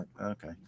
okay